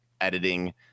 editing